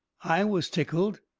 i was tickled.